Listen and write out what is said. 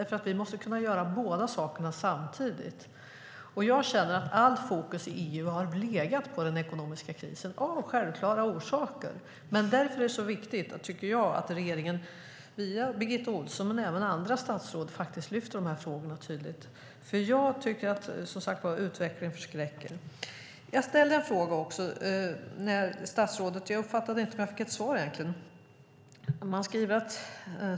Vi måste kunna göra båda sakerna samtidigt. Jag känner att allt fokus i EU har legat på den ekonomiska krisen, av självklara orsaker. Men därför är det viktigt, tycker jag, att regeringen, via Birgitta Ohlsson men även andra statsråd, lyfter fram de här frågorna tydligt. Jag tycker, som sagt, att utvecklingen förskräcker. Jag ställde en fråga. Jag uppfattade inte om jag fick ett svar.